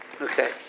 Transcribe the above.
okay